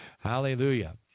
Hallelujah